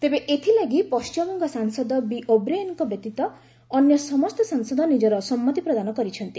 ତେବେ ଏଥିଲାଗି ପଣ୍ଟିମବଙ୍ଗ ସାଂସଦ ବି ଓବ୍ରିଏନ୍ଙ୍କ ବ୍ୟତୀତ ଅନ୍ୟ ସମସ୍ତ ସାଂସଦ ନିଜର ସମ୍ମତି ପ୍ରଦାନ କରିଛନ୍ତି